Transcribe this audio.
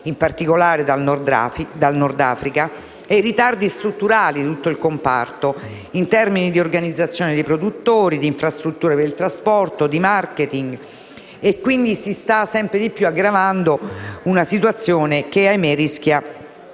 in particolare dal Nord Africa, e quello dei ritardi strutturali di tutto il comparto in termini di organizzazione dei produttori, di infrastrutture per il trasporto e di *marketing*. Si sta quindi sempre più aggravando una situazione che - ahimè - rischia